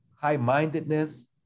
high-mindedness